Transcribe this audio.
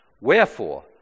Wherefore